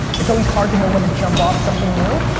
it's always hard to know when to jump off something new.